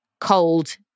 Cold